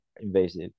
invasive